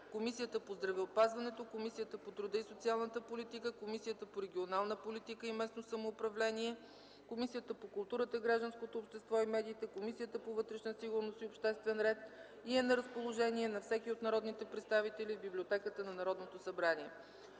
Комисията по здравеопазването, Комисията по труда и социалната политика, Комисията по регионална политика и местно самоуправление, Комисията по културата, гражданското общество и медиите и Комисията по вътрешна сигурност и обществен ред и е на разположение на всеки от народните представители в Библиотеката на Народното събрание.